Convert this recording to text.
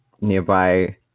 nearby